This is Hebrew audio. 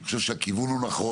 אני חושב שהכיוון הוא נכון,